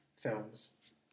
films